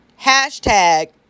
hashtag